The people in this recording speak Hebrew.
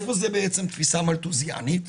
איפה זאת תפיסה מלטוזיאנית?